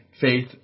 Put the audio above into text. faith